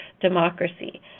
democracy